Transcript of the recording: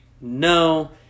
no